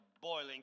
boiling